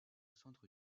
centre